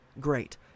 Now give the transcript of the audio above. great